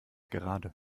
gerade